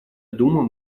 думаю